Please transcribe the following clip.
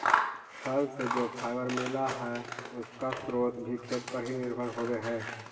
फल से जो फाइबर मिला हई, उसका स्रोत भी खेत पर ही निर्भर होवे हई